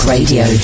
Radio